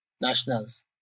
nationals